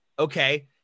Okay